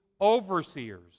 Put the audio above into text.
overseers